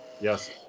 Yes